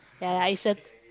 ya lah it's a